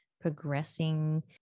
progressing